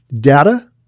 data